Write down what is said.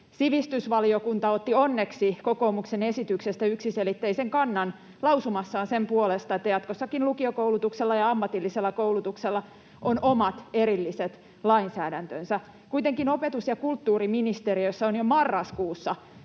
Sivistysvaliokunta otti onneksi kokoomuksen esityksestä yksiselitteisen kannan lausumassaan sen puolesta, että jatkossakin lukiokoulutuksella ja ammatillisella koulutuksella on omat erilliset lainsäädäntönsä. Kuitenkin opetus- ja kulttuuriministeriössä on jo marraskuussa